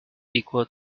equal